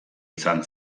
izan